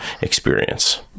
experience